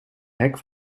hek